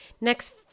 Next